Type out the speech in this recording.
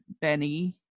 Benny